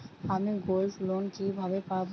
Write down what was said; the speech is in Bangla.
আমি গোল্ডলোন কিভাবে পাব?